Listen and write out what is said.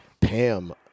Pam